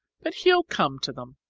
but he'll come to them.